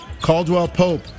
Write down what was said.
Caldwell-Pope